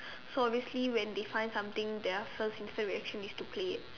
so basically when they find something their first instant reaction is to play it